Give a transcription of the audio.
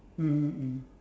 mmhmm mmhmm